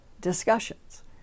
discussions